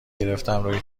گرفتم، روی